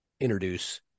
introduce